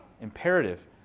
imperative